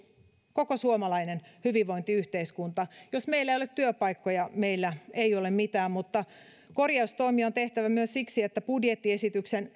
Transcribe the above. koko suomalainen hyvinvointiyhteiskunta jos meillä ei ole työpaikkoja meillä ei ole mitään mutta korjaustoimia on tehtävä myös budjettiesityksen